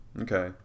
okay